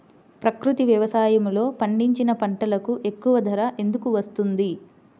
ప్రకృతి వ్యవసాయములో పండించిన పంటలకు ఎక్కువ ధర ఎందుకు వస్తుంది?